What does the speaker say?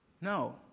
No